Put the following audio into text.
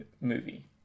movie